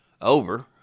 over